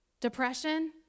depression